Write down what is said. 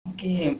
Okay